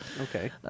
Okay